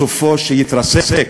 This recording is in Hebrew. סופו שיתרסק,